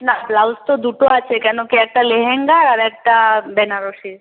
না ব্লাউজ তো দুটো আছে কেন কি একটা লেহেঙ্গার আর একটা বেনারসীর